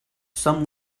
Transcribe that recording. some